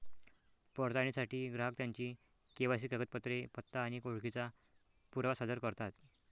पडताळणीसाठी ग्राहक त्यांची के.वाय.सी कागदपत्रे, पत्ता आणि ओळखीचा पुरावा सादर करतात